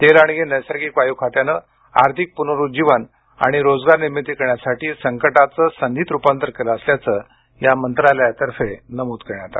तेल आणि नैसर्गिक वायू खात्यानं आर्थिक पुनरुज्जीवन आणि रोजगार निर्मिती करण्यासाठी संकटाचं संधीत रुपांतर केलं असल्याचं या मंत्रालयातर्फे नमूद करण्यात आलं